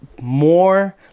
more